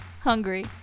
hungry